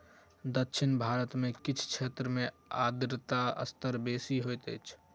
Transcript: दक्षिण भारत के किछ क्षेत्र में आर्द्रता स्तर बेसी होइत अछि